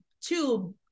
tube